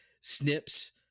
snips